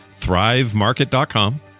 thrivemarket.com